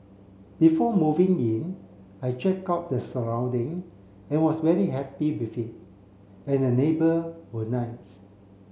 before moving in I checked out the surrounding and was very happy with it and the neighbour were nice